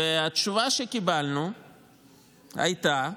התשובה שקיבלנו הייתה: